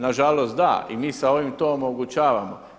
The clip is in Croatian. Nažalost da i mi sa ovim to omogućavamo.